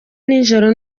nijoro